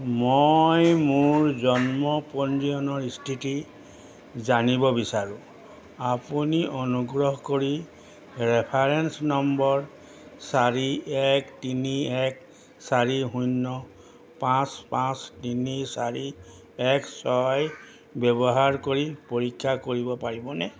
মই মোৰ জন্ম পঞ্জীয়নৰ স্থিতি জানিব বিচাৰোঁ আপুনি অনুগ্ৰহ কৰি ৰেফাৰেন্স নম্বৰ চাৰি এক তিনি এক চাৰি শূন্য পাঁচ পাঁচ তিনি চাৰি এক ছয় ব্যৱহাৰ কৰি পৰীক্ষা কৰিব পাৰিবনে